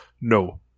No